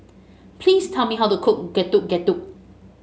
please tell me how to cook Getuk Getuk